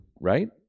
right